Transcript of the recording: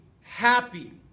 happy